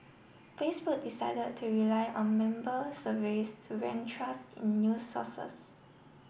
Facebook decide to rely on member surveys to rank trust in news sources